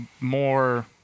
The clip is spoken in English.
more